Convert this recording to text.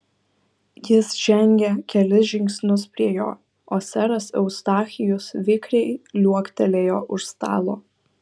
jis žengė kelis žingsnius prie jo o seras eustachijus vikriai liuoktelėjo už stalo